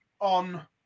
on